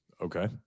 Okay